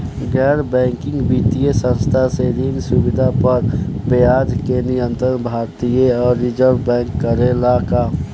गैर बैंकिंग वित्तीय संस्था से ऋण सुविधा पर ब्याज के नियंत्रण भारती य रिजर्व बैंक करे ला का?